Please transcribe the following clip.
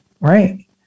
Right